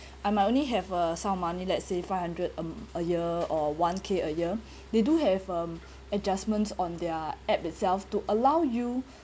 I might only have a sum of money let's say five hundred um a year or one K a year they do have um adjustments on their app itself to allow you